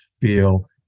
feel